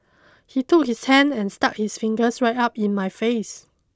he took his hand and stuck his fingers right up in my face